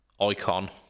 icon